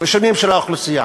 השונים של האוכלוסייה.